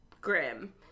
grim